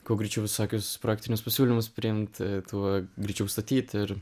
kuo greičiau visokius praktinius pasiūlymus priimt tuo greičiau statyt ir